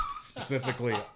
Specifically